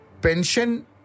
pension